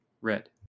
red